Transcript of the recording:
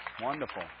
Wonderful